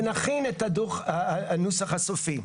ונכין את הנוסח הסופי.